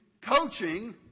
Coaching